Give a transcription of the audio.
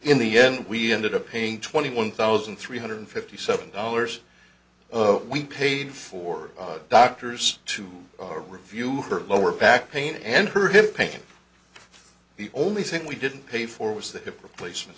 in the end we ended up paying twenty one thousand three hundred fifty seven dollars we paid for doctors to review her lower back pain and her hip pain the only thing we didn't pay for was the hip replacement